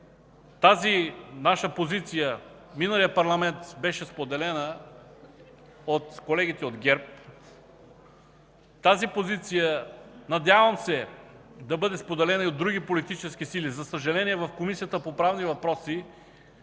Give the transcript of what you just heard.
Тази наша позиция в миналия парламент беше споделена от колегите от ГЕРБ. Надявам се тази позиция да бъде споделена и от други политически сили. За съжаление, в Комисията по правни въпроси